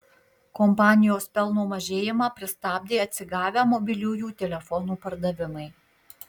kompanijos pelno mažėjimą pristabdė atsigavę mobiliųjų telefonų pardavimai